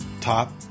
top